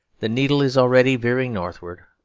the needle is already veering northward.